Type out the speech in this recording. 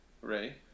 Ray